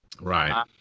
Right